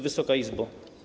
Wysoka Izbo!